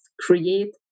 create